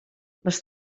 les